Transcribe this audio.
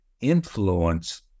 influence